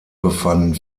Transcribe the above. befanden